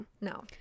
no